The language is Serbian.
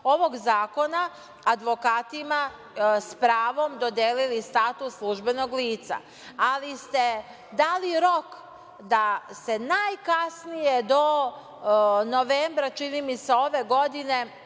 ovog zakona, advokatima spravom dodelili status službenog lica. Ali, ste dali rok da se najkasnije do novembra, čini mi se ove godine,